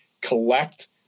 collect